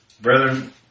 Brethren